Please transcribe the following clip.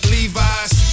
Levi's